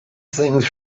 things